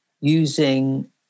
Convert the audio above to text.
using